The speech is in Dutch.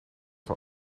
van